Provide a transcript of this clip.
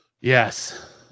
yes